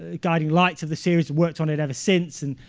ah guiding lights of the series, worked on it ever since. and